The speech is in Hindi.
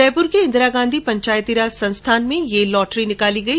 जयपुर के इंदिरा गांधी पंचायती राज संस्थान में यह लॉटरी निकाली गई